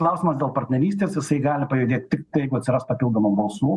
klausimas dėl partnerystės jisai gali pajudėt tiktai jeigu atsiras papildomų balsų